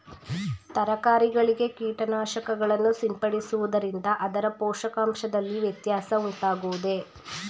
ತರಕಾರಿಗಳಿಗೆ ಕೀಟನಾಶಕಗಳನ್ನು ಸಿಂಪಡಿಸುವುದರಿಂದ ಅದರ ಪೋಷಕಾಂಶದಲ್ಲಿ ವ್ಯತ್ಯಾಸ ಉಂಟಾಗುವುದೇ?